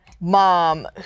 mom